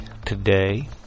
today